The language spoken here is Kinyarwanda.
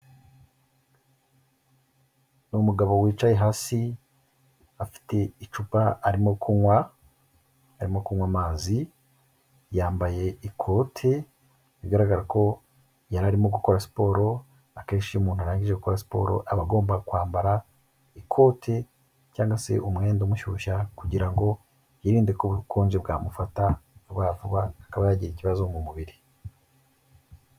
Ni umugabo wicaye hasi afite icupa arimo kunywa arimo kunywa amazi, yambaye ikote bigaragara ko yari arimo gukora siporo akenshi iyo umuntu arangijekora siporo aba agomba kwambara ikote cyangwa se umwenda umushyushya kugira ngo yirinde ko ubukonje bwamufata vuba vuba akaba yagira ikibazo mu mubiri.